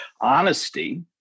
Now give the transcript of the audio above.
honesty